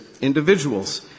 individuals